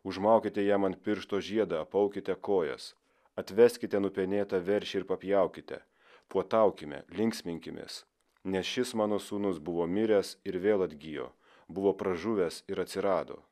užmaukite jam ant piršto žiedą apaukite kojas atveskite nupenėtą veršį ir papjaukite puotaukime linksminkimės nes šis mano sūnus buvo miręs ir vėl atgijo buvo pražuvęs ir atsirado